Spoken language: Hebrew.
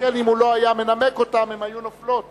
שכן אם הוא לא היה מנמק אותן הן היו נופלות,